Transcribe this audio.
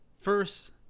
First